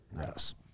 Yes